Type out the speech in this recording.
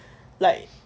like